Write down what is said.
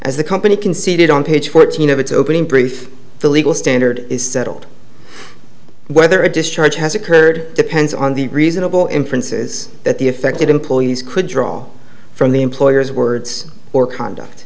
the company conceded on page fourteen of its opening brief the legal standard is settled whether a discharge has occurred depends on the reasonable inferences that the affected employees could draw from the employer's words or conduct